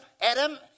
Adam